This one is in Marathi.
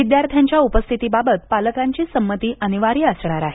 विद्यार्थ्यांच्या उपस्थितीबाबत पालकांची संमती अनिवार्य असणार आहे